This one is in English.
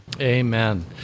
Amen